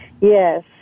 Yes